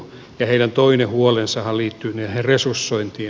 heidän toinen huolensahan liittyi resursointiin